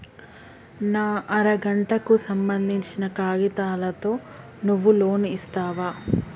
నా అర గంటకు సంబందించిన కాగితాలతో నువ్వు లోన్ ఇస్తవా?